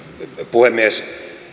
puhemies